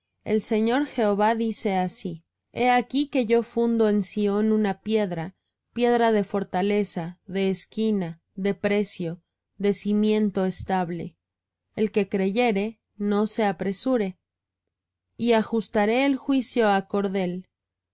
el señor jehová dice así he aquí que yo fundo en sión una piedra piedra de fortaleza de esquina de precio de cimiento estable el que creyere no se apresure y ajustaré el juicio á cordel